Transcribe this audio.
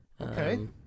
Okay